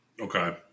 Okay